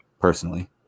personally